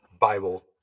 bible